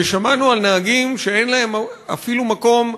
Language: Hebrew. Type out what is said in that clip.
ושמענו על נהגים שאין להם אפילו מקום,